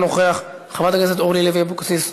חברת הכנסת איילת נחמיאס ורבין,